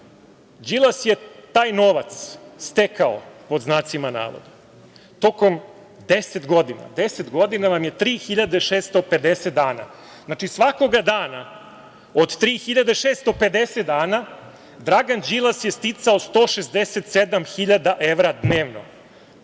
Đilas je taj novac stekao, pod znacima navoda, tokom 10 godina. Deset godina vam je 3.650 dana. Znači, svakoga dana od 3.650 dana Dragan Đilas je sticao 167.000 evra dnevno,